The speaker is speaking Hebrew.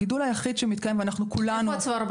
הגידול היחיד שמתקיים, ואנחנו כולנו